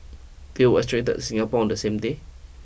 they were extradited to Singapore on the same day